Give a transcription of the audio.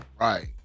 Right